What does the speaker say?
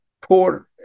poor